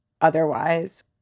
otherwise